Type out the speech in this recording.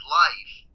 life